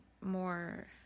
more